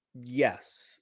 Yes